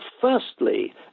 Firstly